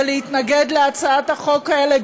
ולהתנגד להצעות החוק האלה,